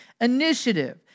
initiative